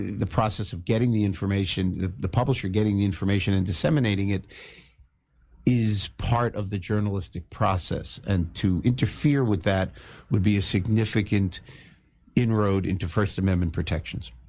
the process of getting the information the publishing information and disseminated is part of the journalistic process and to interfere with that would be significant inroads into first amendment protections